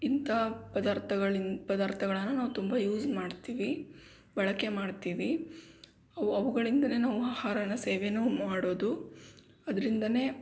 ಇಂಥ ಪದಾರ್ಥಗಳನ್ನ ಪದಾರ್ಥಗಳನ್ನು ನಾವು ತುಂಬ ಯೂಸ್ ಮಾಡ್ತೀವಿ ಬಳಕೆ ಮಾಡ್ತೀವಿ ಅವು ಅವುಗಳೆಂದರೆ ನಾವು ಆಹಾರನ ಸೇವೇನು ಮಾಡೋದು ಅದರಿಂದನೇ